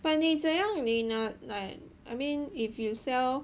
but 你想要你拿 like I mean if you sell